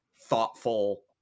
thoughtful